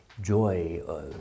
joy